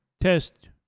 test